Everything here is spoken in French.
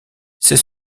c’est